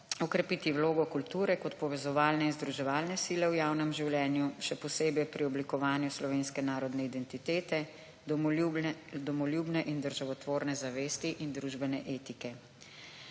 okrepiti vlogo kulture kot povezovalne in združevalne sile v javnem življenju, še posebej pri oblikovanju slovenske narodne identitete, domoljubne in državotvorne zavesti in družbene etike.